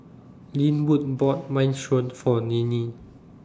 Linwood bought Minestrone For Ninnie